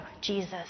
Jesus